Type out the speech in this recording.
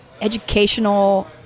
educational